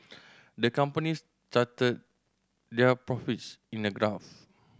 the companies charted their profits in a graph